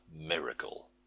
miracle